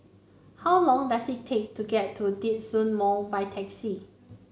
how long does it take to get to Djitsun Mall by taxi